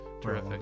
terrific